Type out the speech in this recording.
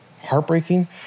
heartbreaking